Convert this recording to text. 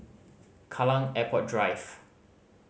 Kallang Airport Drive